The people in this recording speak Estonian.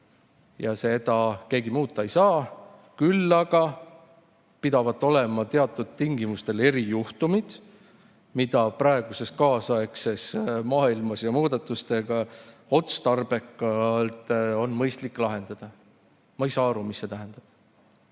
ja seda keegi muuta ei saa. Küll aga pidavat olema teatud tingimustel erijuhtumid, mida praeguses kaasaegses maailmas on mõistlik muudatustega otstarbekalt lahendada. Ma ei saa aru, mida see tähendab.